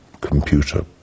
computer